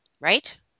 right